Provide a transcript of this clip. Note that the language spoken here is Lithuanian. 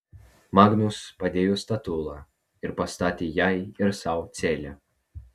magnus padėjo statulą ir pastatė jai ir sau celę